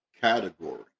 category